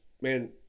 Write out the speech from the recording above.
Man